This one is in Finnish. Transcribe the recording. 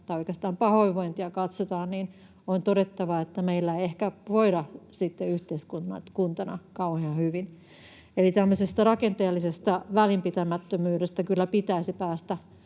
tai oikeastaan pahoinvointia katsotaan, on todettava, että meillä ei ehkä voida sitten yhteiskuntana kauhean hyvin. Eli tämmöisestä rakenteellisesta välinpitämättömyydestä kyllä pitäisi päästä